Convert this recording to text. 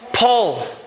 Paul